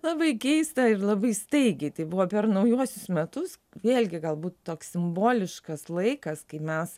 labai keista ir labai staigiai tai buvo per naujuosius metus vėlgi galbūt toks simboliškas laikas kai mes